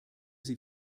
sie